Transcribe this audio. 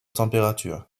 températures